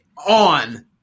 on